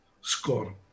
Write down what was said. score